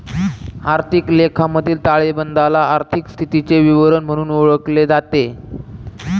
आर्थिक लेखामधील ताळेबंदाला आर्थिक स्थितीचे विवरण म्हणूनही ओळखले जाते